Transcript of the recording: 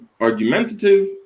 argumentative